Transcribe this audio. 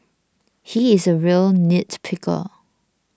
he is a real nitpicker